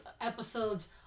episodes